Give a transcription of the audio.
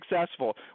successful